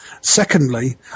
Secondly